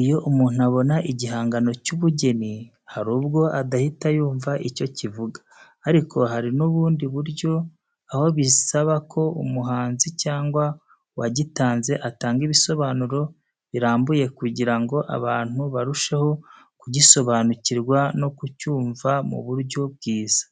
Iyo umuntu abona igihangano cy’ubugeni, hari ubwo adahita yumva icyo kivuga, ariko hari n’ubundi buryo aho bisaba ko umuhanzi cyangwa uwagitanze atanga ibisobanuro birambuye kugira ngo abantu barusheho kugisobanukirwa no kucyumva mu buryo bwiza.